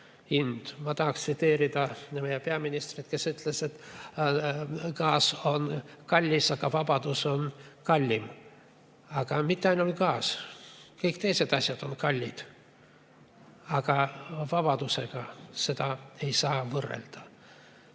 Ma tahan tsiteerida meie peaministrit, kes ütles, et gaas on kallis, aga vabadus on kallim. Aga mitte ainult gaas, ka kõik teised asjad on kallid. Aga vabadusega ei saa seda võrrelda.